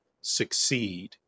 succeed